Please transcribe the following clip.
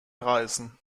reißen